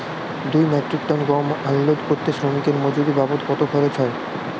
দুই metric ton গম unload করতে শ্রমিক এর মজুরি বাবদ কত খরচ হয়?